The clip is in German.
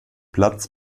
platz